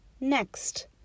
next